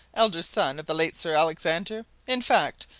elder son of the late sir alexander in fact,